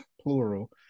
plural